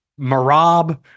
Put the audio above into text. Marab